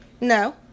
no